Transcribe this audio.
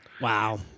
Wow